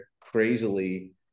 crazily